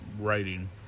writing